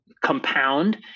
compound